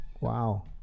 Wow